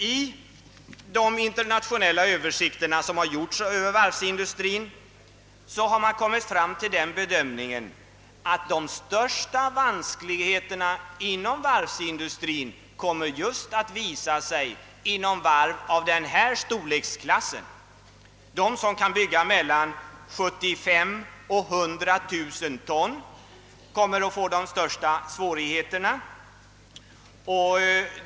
I de internationella översikterna över varvsindustrin har man kommit fram till den bedömningen att de största vanskligheterna inom <:varvsindustrin kommer att visa sig just inom varv av den här storleksklassen. De varv som kan bygga fartyg på mellan 75 000 och 100 0090 ton kommer att få de största svårigheterna.